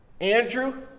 Andrew